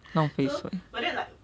浪费水